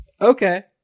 Okay